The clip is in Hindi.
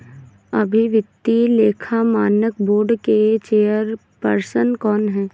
अभी वित्तीय लेखा मानक बोर्ड के चेयरपर्सन कौन हैं?